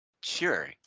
Sure